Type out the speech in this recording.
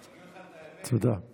אני אגיד לך את האמת, אבידר,